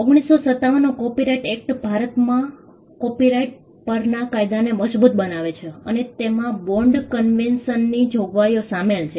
1957 નો copyright act ભારતમાં copyright પરના કાયદાને મજબૂત બનાવે છે અને તેમાં બોન્ડ કન્વેશનની જોગવાઈઓ શામેલ છે